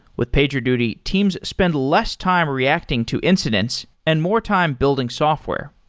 with pagerduty, teams spend less time reacting to incidents and more time building software.